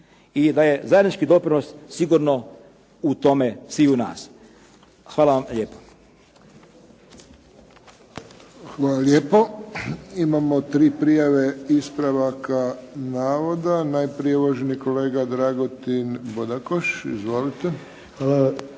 I da je zajednički doprinos sigurno u tome sviju nas. Hvala vam lijepo. **Friščić, Josip (HSS)** Hvala lijepo. Imamo tri prijave ispravaka navoda. Najprije uvaženi kolega Dragutin Bodakoš. Izvolite.